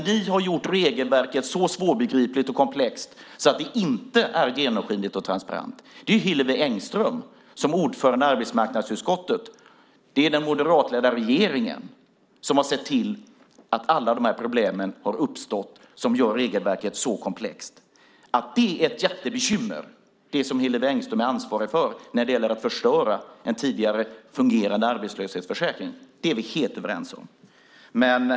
Ni har gjort regelverket så svårbegripligt och komplext att det inte är genomskinligt och transparent. Det är Hillevi Engström, som ordförande i arbetsmarknadsutskottet, och den moderatledda regeringen som har sett till att alla de problem som gör regelverket så komplext har uppstått. Hillevi Engström är ansvarig för att förstöra en tidigare fungerande arbetslöshetsförsäkring, och vi är helt överens om att det är ett jättebekymmer.